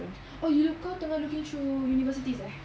oh you kau tengah looking through universities eh